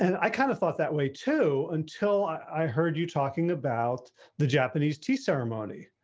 and i kind of thought that way, too, until i heard you talking about the japanese tea ceremony.